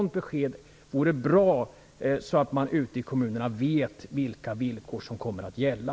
Ett besked vore bra för kommunerna, så att de vet vilka villkor som kommer att gälla.